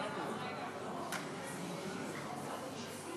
חברת הכנסת מירב בן ארי, עד עשר דקות לרשותך.